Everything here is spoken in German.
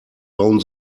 bauen